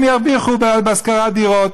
הם ירוויחו בהשכרת דירות.